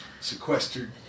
sequestered